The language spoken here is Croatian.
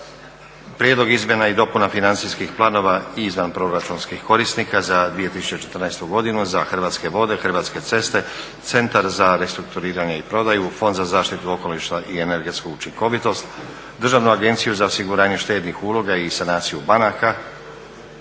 odluka o izmjenama i dopunama Financijskih planova Hrvatskih voda, Hrvatskih cesta, Centra za restrukturiranje i prodaju, Fonda za zaštitu okoliša i energetsku učinkovitost i Državne agencije za osiguranje štednih uloga i sanaciju banaka